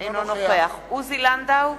אינו נוכח עוזי לנדאו,